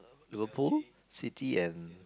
Liverpool City and